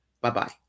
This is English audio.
Bye-bye